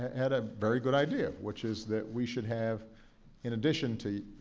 had a very good idea, which is that we should have in addition to